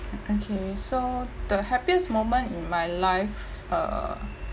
okay so the happiest moment in my life err